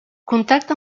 contacta